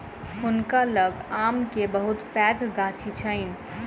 हुनका लग आम के बहुत पैघ गाछी छैन